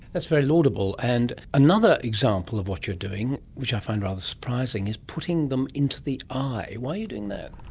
that's very laudable. and another example of what you're doing, which i find rather surprising, is putting them into the eye. why are you doing that?